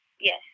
Yes